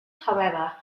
however